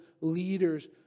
leaders